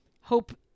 hope